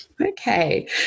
okay